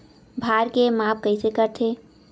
भार के माप कइसे करथे?